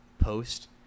post